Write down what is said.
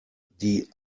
die